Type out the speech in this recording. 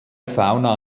fauna